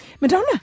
Madonna